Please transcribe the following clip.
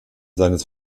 seines